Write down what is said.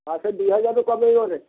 ଆଉ ସେ ଦୁଇ ହଜାରରୁ କମାଇହେବନ